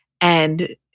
And-